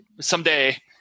someday